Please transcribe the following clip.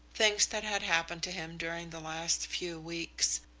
things that had happened to him during the last few weeks,